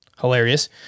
hilarious